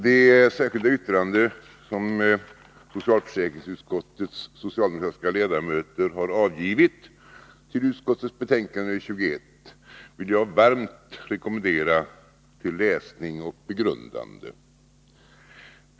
Det särskilda yttrande som socialförsäkringsutskottets socialdemokratiska ledamöter har avgivit till utskottets betänkande nr 21 vill jag varmt rekommendera till läsning och begrundande.